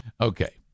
Okay